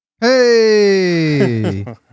Hey